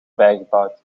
bijgebouwd